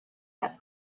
have